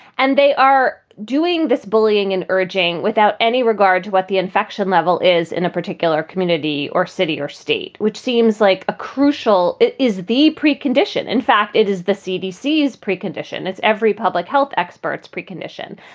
and they are doing this bullying and urging without any regard to what the infection level is in a particular community or city or state, which seems like a crucial it is the precondition. in fact, it is the cdc is precondition. it's every public health experts precondition.